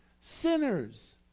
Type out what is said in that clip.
sinners